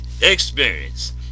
experience